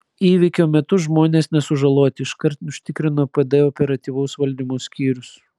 įvykio metu žmonės nesužaloti iškart užtikrino pd operatyvaus valdymo skyrius